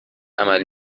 عمل